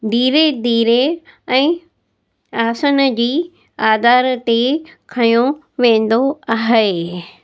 धीरे धीरे ऐं आसन जी आधार ते खंयो वेंदो आहे